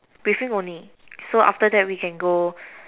briefing only so after that we can go